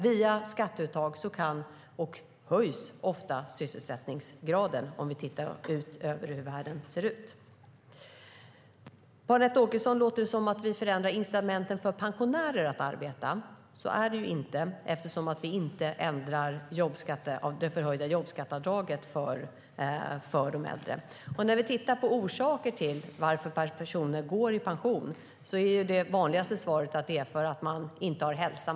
Via skatteuttag kan ofta sysselsättningsgraden höjas, om vi tittar ut över världen. På Anette Åkesson låter det som att vi förändrar incitamenten för pensionärer att arbeta. Så är det inte eftersom vi inte ändrar det förhöjda jobbskatteavdraget för de äldre. När vi tittar på orsaker till att personer går i pension är det vanligaste svaret att de inte har hälsan.